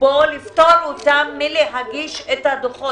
לפטור אותן מהגשת הדוחות.